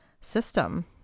system